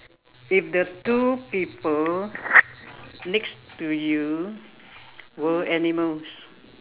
if the two people next to you were animals